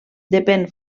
depèn